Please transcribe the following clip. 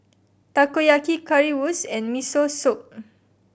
Takoyaki Currywurst and Miso Soup